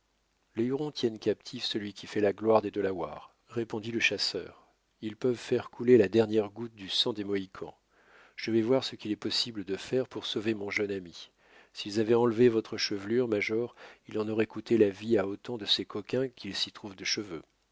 les hurons tiennent captif celui qui fait la gloire des delawares répondit le chasseur ils peuvent faire couler la dernière goutte du sang des mohicans je vais voir ce qu'il est possible de faire pour sauver mon jeune ami s'ils avaient enlevé votre chevelure major il en aurait coûté la vie à autant de ces coquins qu'il s'y trouve de cheveux